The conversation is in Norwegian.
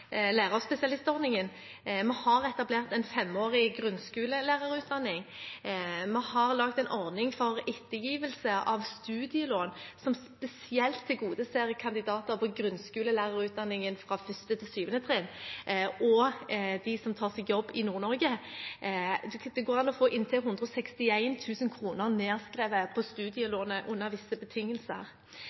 lærerspesialistordningen. Vi har etablert en femårig grunnskolelærerutdanning. Vi har laget en ordning for ettergivelse av studielån som spesielt tilgodeser kandidater på grunnskolelærerutdanningen fra 1. til 7. trinn og de som tar seg jobb i Nord-Norge. Det går an å få nedskrevet studielånet med inntil 161 000 kr under visse betingelser.